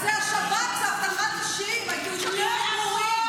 אז זה השב"כ, זה אבטחת אישים, היו עדויות ברורות.